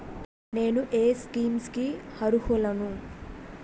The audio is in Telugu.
నేను ఏ స్కీమ్స్ కి అరుహులను?